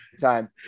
time